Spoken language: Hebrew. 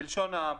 בלשון העם: